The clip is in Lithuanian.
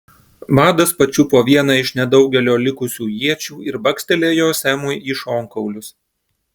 vadas pačiupo vieną iš nedaugelio likusių iečių ir bakstelėjo semui į šonkaulius